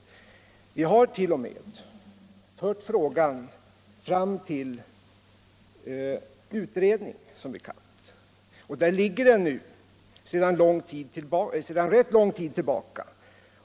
Vi har som bekant t.o.m. fört frågan fram till utredning, och där ligger den nu sedan rätt lång tid tillbaka.